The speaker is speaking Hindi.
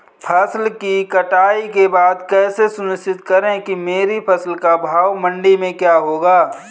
फसल की कटाई के बाद कैसे सुनिश्चित करें कि मेरी फसल का भाव मंडी में क्या होगा?